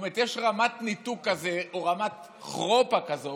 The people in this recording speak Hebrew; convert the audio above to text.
זאת אומרת, יש רמת ניתוק, או רמת חרופ כזאת,